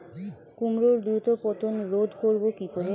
কুমড়োর দ্রুত পতন রোধ করব কি করে?